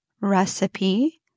recipe